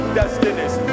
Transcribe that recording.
destinies